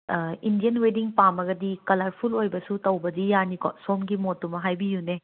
Indian wedding ꯄꯥꯝꯃꯒꯗꯤ colourful ꯑꯣꯏꯕꯁꯨ ꯇꯧꯕꯗꯤ ꯌꯥꯅꯤꯀꯣ ꯁꯣꯝꯒꯤ ꯃꯣꯠꯇꯨꯃ ꯍꯥꯏꯕꯤꯌꯨꯅꯦ